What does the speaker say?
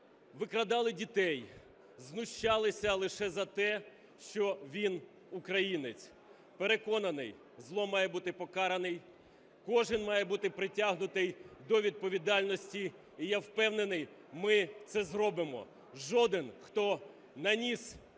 викрадали дітей, знущалися лише за те, що він українець. Переконаний, зло має бути покаране. Кожен має бути притягнутий до відповідальності. І я впевнений, ми це зробимо, жоден, хто наніс